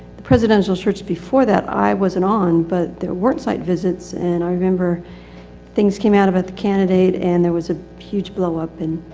the presidential before that i wasn't on, but there weren't site visits. and i remember things came out about the candidate, and there was a huge blowup and,